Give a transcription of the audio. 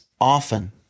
often